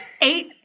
eight